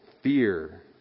fear